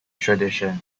tradition